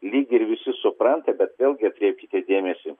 lyg ir visi supranta bet vėlgi atkreipkite dėmesį